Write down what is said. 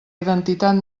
identitat